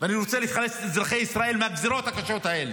ואני רוצה לחלץ את אזרחי ישראל מהגזירות הקשות האלה.